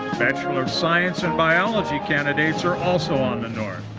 bachelor of science in biology candidates are also on the north.